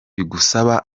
bigusaba